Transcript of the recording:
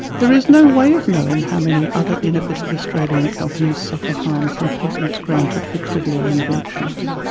there is no way of knowing how many other innovative australian companies suffer harm from patents granted for trivial inventions.